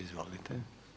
Izvolite.